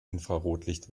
infrarotlicht